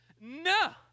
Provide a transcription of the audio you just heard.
No